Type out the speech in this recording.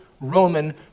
Roman